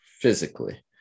physically